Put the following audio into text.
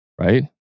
right